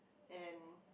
and